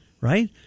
Right